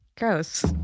Gross